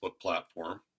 platform